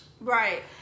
right